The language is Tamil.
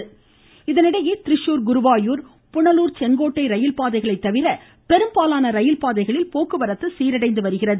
ரயில் திரிசூர் இதனிடையே திரிசூர் குருவாயூர் புனலூர் செங்கோட்டை ரயில் பாதைகளைத்தவிர பெரும்பாலான ரயில் பாதைகளில் போக்குவரத்து சீரடைந்து வருகிறது